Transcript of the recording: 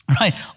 Right